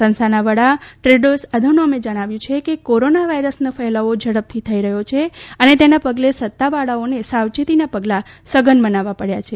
સંસ્થાના વડા ટ્રેડીસ અધાનોમે જણાવ્યું છે કે કોરોના વાયરસનો ફેલાવો ઝડપથી રહ્યો છે અને તેના પગલે સત્તાવાળાઓને સાવચેતીના પગલાં સઘન બનાવવા પડ્યા છે